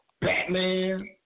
Batman